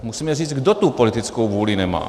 Musíme říct, kdo tu politickou vůli nemá.